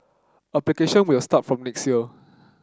application will start from next year